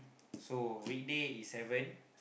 so weekday is seven